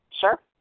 Sure